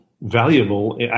valuable